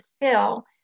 fill